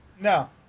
No